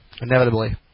Inevitably